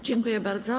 Dziękuję bardzo.